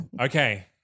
Okay